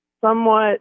somewhat